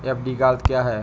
FD का अर्थ क्या है?